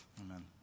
amen